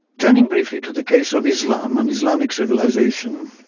turning briefly to the case of islam and islamic civilisations,